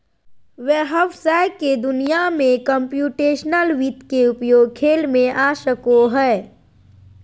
व्हवसाय के दुनिया में कंप्यूटेशनल वित्त के उपयोग खेल में आ सको हइ